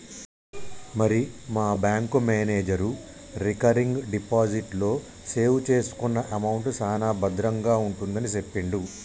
మరి మా bank manager recurring deposit లో సేవ్ చేసుకున్న అమౌంట్ సాన భద్రంగా ఉంటుందని సెప్పిండు